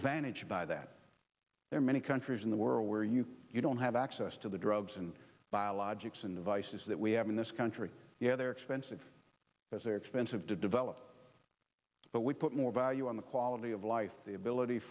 we're vantage by that there are many countries in the world where you you don't have access to the drugs and biologics and devices that we have in this country yet they're expensive because they're expensive to develop but we put more value on the quality of life the ability